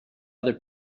other